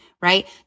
Right